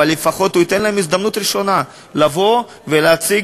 אבל לפחות הוא ייתן להם הזדמנות ראשונה לבוא ולהציג,